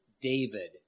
David